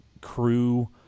Crew